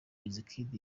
wizkid